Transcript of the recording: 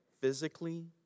physically